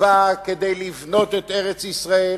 באה כדי לבנות את ארץ-ישראל,